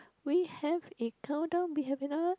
we have a countdown we have another